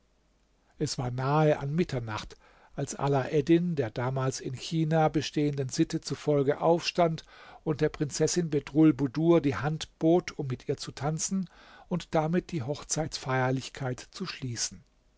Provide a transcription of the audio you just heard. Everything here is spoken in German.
es war nahe an mitternacht als alaeddin der damals in china bestehenden sitte zufolge aufstand und der prinzessin bedrulbudur die hand bot um mit ihr zu tanzen und damit die hochzeitsfeierlichkeit zu schließen